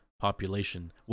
population